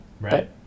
Right